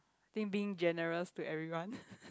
think being generous to everyone